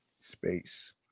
space